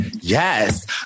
Yes